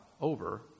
over